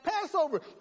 Passover